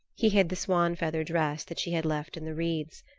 he hid the swan-feather dress that she had left in the reeds.